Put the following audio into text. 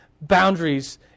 boundaries